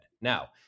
Now